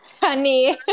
Honey